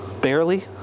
barely